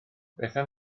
bethan